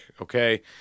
okay